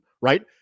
right